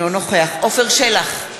אינו נוכח עפר שלח,